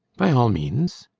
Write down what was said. by all means.